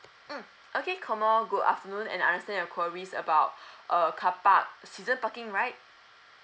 mm okay komil good afternoon and understand your queries about err carpark season parking right